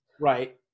Right